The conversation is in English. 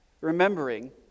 Remembering